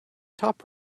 top